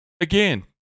again